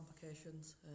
complications